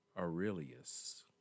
Aurelius